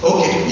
Okay